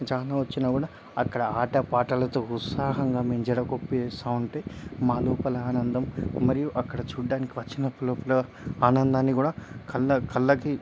చానా వచ్చినా కూడా అక్కడ ఆటా పాటలతో ఉత్సాహంగా మేం జడకొప్పు వేస్తావుంటే మా లోపల ఆనందం మరియు అక్కడ చూడ్డానికి వచ్చిన పిల్లపిల్ల ఆనందాన్ని కూడా కళ్ళ కళ్ళకి